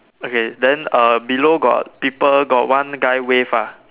okay then uh below got people got one guy wave ah